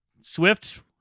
Swift